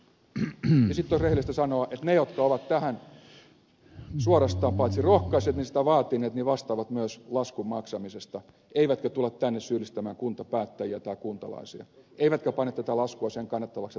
sitten olisi rehellistä sanoa että ne jotka ovat tähän suorastaan rohkaisseet ja sitä vaatineet vastaavat myös laskun maksamisesta eivätkä tule tänne syyllistämään kuntapäättäjiä tai kuntalaisia eivätkä pane tätä laskua kuntien kannettavaksi että palveluja leikataan